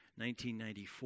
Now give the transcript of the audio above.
1994